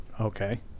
Okay